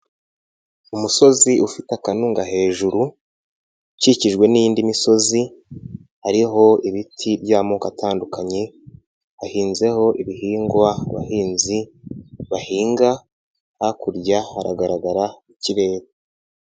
Umusozi ufite akanunga hejuru ukikijwe n'indi misozi hariho ibiti by'amoko atandukanye, hahinzeho ibihingwa abahinzi bahinga, hakurya haragaragara ikirere.